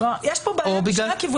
יש פה בעיה משני הכיוונים.